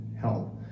help